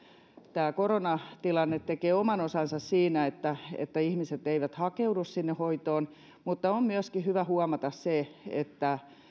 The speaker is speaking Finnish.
tämä koronatilanne tekee oman osansa siinä että että ihmiset eivät hakeudu sinne hoitoon mutta on hyvä huomata myöskin se että